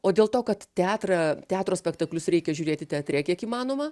o dėl to kad teatrą teatro spektaklius reikia žiūrėti teatre kiek įmanoma